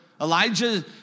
Elijah